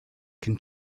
can